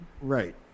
Right